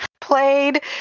played